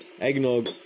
Eggnog